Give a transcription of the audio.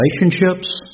relationships